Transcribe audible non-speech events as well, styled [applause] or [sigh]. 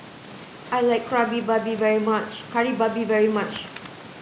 I like [unintelligible] Babi very much Kari Babi very much